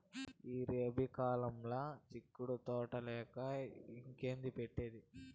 ఈ రబీ కాలంల సిక్కుడు తోటలేయక ఇంకేంది పెట్టేది